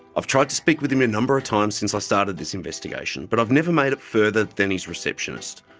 i've tried to speak with him a number of times since i started this investigation, but i've never made further than his receptionist.